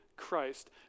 Christ